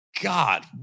God